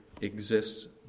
exists